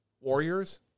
warriors